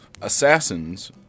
assassins